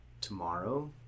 tomorrow